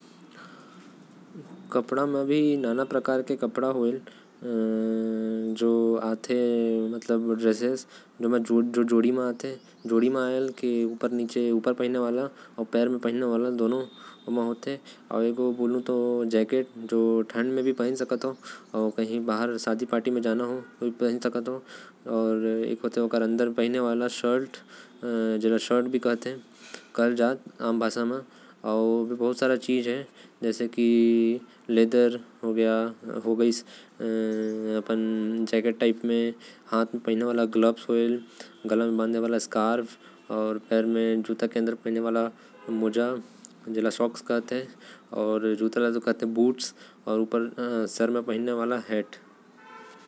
कपड़ा के अगर बात करब तो कपड़ा बहुते सारा होथे। जोड़ीदार कपड़ा, जैकेट, शर्ट, जूता, मौजा। टोपी अउ बहुत सारा होथे। ज्यादातर एहि सब पहिन्थे लोग।